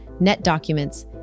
NetDocuments